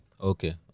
Okay